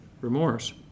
remorse